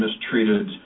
mistreated